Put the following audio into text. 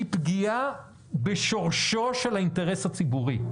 היא פגיעה בשורשו של האינטרס הציבורי.